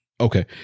Okay